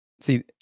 See